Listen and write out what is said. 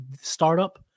startup